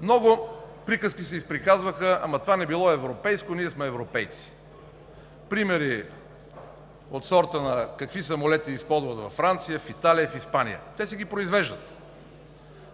Много приказки се изприказваха: това не било европейско, ние сме европейци с примери от сорта какви самолети използват във Франция, в Италия, в Испания, но те си ги произвеждат.